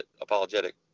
apologetic